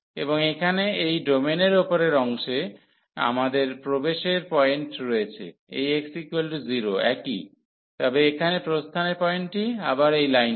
এবং এখানে এই ডোমেনের উপরের অংশে আমাদের প্রবেশের পয়েন্ট রয়েছে এই x0 একই তবে এখানে প্রস্থানের পয়েন্টটি আবার এই লাইনটি